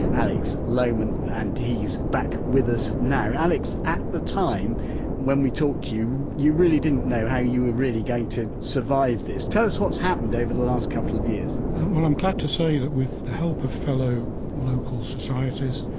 alex lohman and he's back with us now alex, at the time when we talked to you, you really didn't know how you were really going to survive this. tell us what's happened over the last couple of years well i'm glad to say that with the help of fellow local societies,